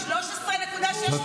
140 מיליון, 13.6 מיליארד יש לה.